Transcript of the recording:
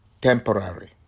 temporary